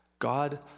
God